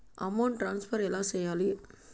amount transfer ఎలా సేయాలి